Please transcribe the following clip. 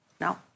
No